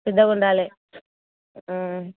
పెద్దగా ఉండాలి